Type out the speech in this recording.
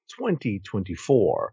2024